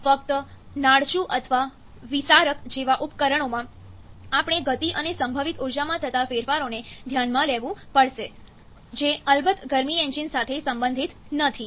ફક્ત નાળચું અથવા વિસારક જેવા ઉપકરણોમાં આપણે ગતિ અને સંભવિત ઊર્જામાં થતા ફેરફારોને ધ્યાનમાં લેવું પડશે જે અલબત્ત ગરમી એન્જિન સાથે સંબંધિત નથી